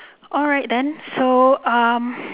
alright then so um